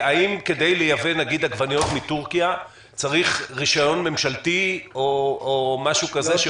האם כדי לייבא נניח עגבניות מטורקיה צריך רישיון ממשלתי או משהו כזה?